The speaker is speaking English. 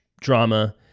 drama